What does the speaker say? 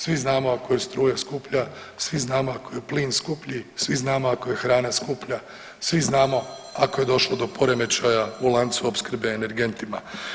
Svi znamo ako je struja skuplja, svi znamo ako je plin skuplji, svi znamo ako je hrana skuplja, svi znamo ako je došlo do poremećaja u lancu opskrbe energentima.